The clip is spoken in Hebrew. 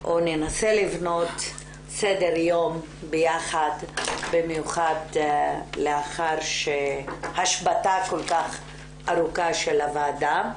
או ננסה לבנות סדר יום ביחד במיוחד לאחר שהשבתה כל כך ארוכה של הוועדה.